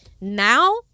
now